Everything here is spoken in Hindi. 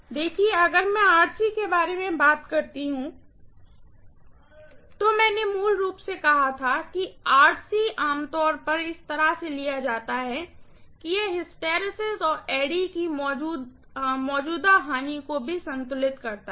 देखिए अगर मैं के बारे में बात कर करती हूँ तो मैंने मूल रूप से कहा था कि आम तौर पर इस तरह से लिया जाता है कि यह हिस्टैरिसीस और ऐडी की मौजूदा हानि को को संतुलित करता है